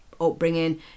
upbringing